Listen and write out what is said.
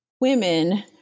women